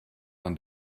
ran